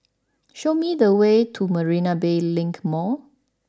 show me the way to Marina Bay Link Mall